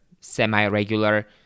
semi-regular